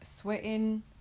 sweating